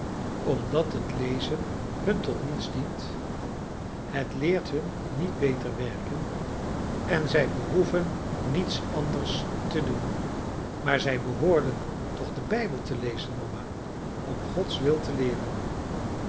omdat het lezen hun tot niets dient het leert hun niet beter werken en zij behoeven niets anders te doen maar zij behoorden toch den bijbel te lezen mama om gods wil te leeren